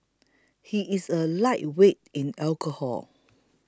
he is a lightweight in alcohol